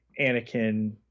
anakin